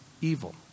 Evil